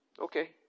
Okay